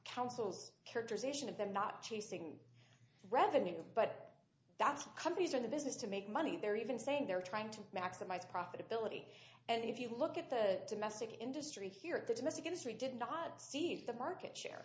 councils characterization of them not chasing revenue but that's what companies are in the business to make money they're even saying they're trying to maximize profitability and if you look at the domestic industry here at the domestic industry did not seek the market share